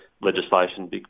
legislation